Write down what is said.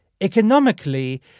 economically